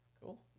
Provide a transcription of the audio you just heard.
Cool